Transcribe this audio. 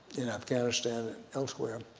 in afghanistan and elsewhere,